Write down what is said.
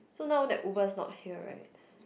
so now that Uber's not here right